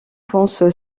pense